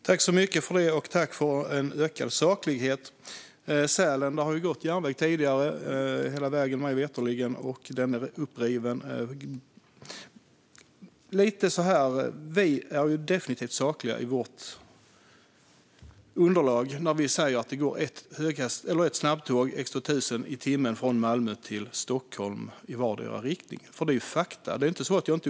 Herr talman! Jag tackar ledamoten för ökad saklighet. Det har tidigare gått järnväg till Sälen, men den är uppriven. Vi är definitivt sakliga i vårt underlag när vi säger att det går ett snabbtåg i timmen mellan Malmö och Stockholm i vardera riktningen. Det är fakta.